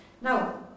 Now